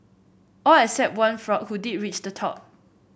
all except one frog who did reach the top